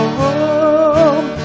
home